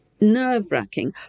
nerve-wracking